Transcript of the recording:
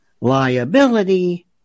liability